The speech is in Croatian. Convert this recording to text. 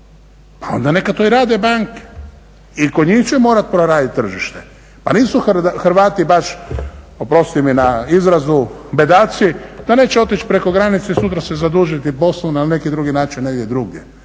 pa onda neka to i rade banke. I kod njih će morati proraditi tržište. Pa nisu Hrvati baš, oprostite mi na izrazu, bedaci da neće otići preko granice i sutra se zadužiti … na neki drugi način negdje drugdje.